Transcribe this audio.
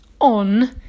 on